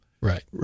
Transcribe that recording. right